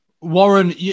Warren